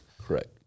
Correct